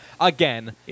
again